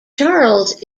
charles